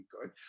good